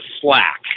slack